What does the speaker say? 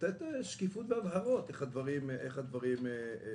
לתת שקיפות והבהרות איך הדברים עובדים.